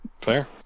Fair